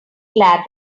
glad